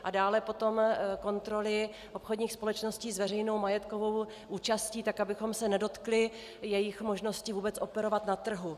A dále potom kontroly obchodních společností s veřejnou majetkovou účastí, tak abychom se nedotkli jejich možnosti vůbec operovat na trhu.